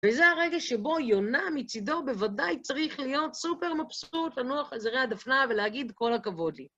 וזה הרגע שבו יונה מצידו בוודאי צריך להיות סופר מבסוט לנוח על זרי הדפנה ולהגיד כל הכבוד לי.